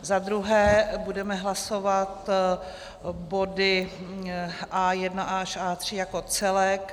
Za druhé budeme hlasovat body A1 až A3 jako celek.